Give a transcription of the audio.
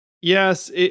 Yes